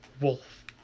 wolf